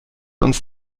uns